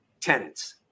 tenants